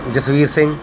Jasvir Singh